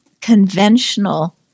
conventional